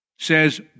says